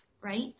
right